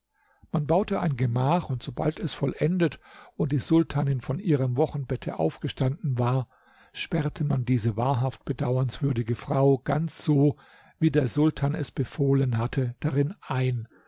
man baute ein gemach und sobald es vollendet und die sultanin von ihrem wochenbette aufgestanden war sperrte man diese wahrhaft bedauernswürdige frau ganz so wie der sultan es befohlen hatte darin ein